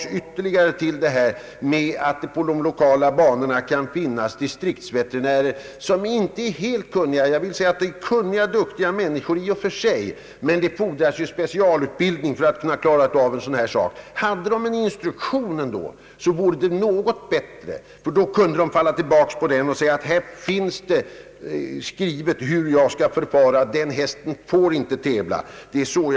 Jag kommer då tillbaka till detta med att det vid de lokala banorna kan finnas distriktsveterinärer som i och för sig är kunniga och duktiga men som saknar specialutbildning för att kunna klara av en sådan här sak. Hade de en instruktion att gå efter, vore det bättre, ty då kunde de med hänsyn till vad där finns skrivet falla tillbaka på den och säga att den och den hästen inte får tävla.